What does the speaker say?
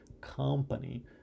company